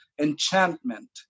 enchantment